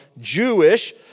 Jewish